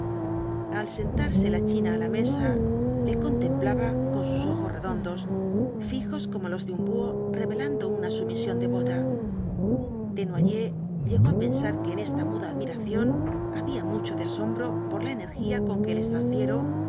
al sentarse la china á la mesa le contemplaba con sus ojos redondos fijos como los de un buho revelando una sumisión devota desnoyers llegó á pensar que en esta muda admiración había mucho de asombro por la energía con que el estanciero